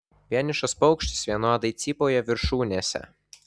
vienišas paukštis vienodai cypauja viršūnėse